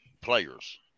players